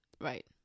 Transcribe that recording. Right